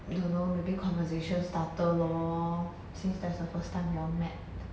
don't know maybe conversation started lor since that's the first time you all met